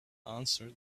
answer